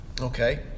Okay